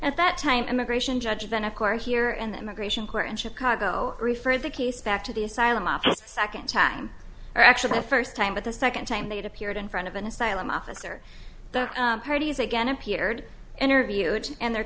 at that time immigration judge then of course here in the immigration court in chicago referred the case back to the asylum office second time or actually the first time but the second time they had appeared in front of an asylum officer the parties again appeared interviewed and their